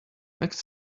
next